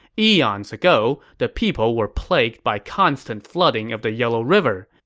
eons ago, the people were plagued by constant flooding of the yellow river.